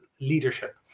Leadership